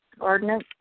ordinance